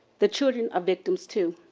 the children are victims too.